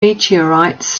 meteorites